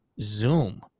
zoom